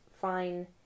fine